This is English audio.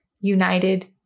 united